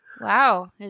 Wow